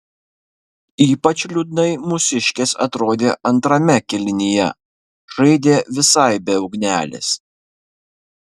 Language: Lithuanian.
ypač liūdnai mūsiškės atrodė antrame kėlinyje žaidė visai be ugnelės